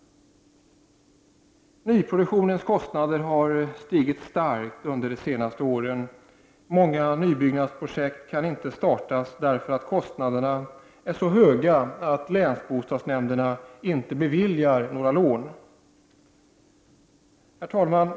—- Nyproduktionens kostnader har stigit kraftigt under de senaste åren. Många nybyggnadsprojekt kan inte startas därför att kostnaderna är så höga att länsbostadsnämnderna inte beviljar några lån. Herr talman!